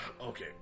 Okay